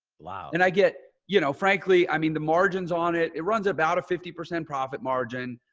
like and i get, you know, frankly, i mean the margins on it, it runs about a fifty percent profit margin.